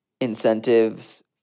incentives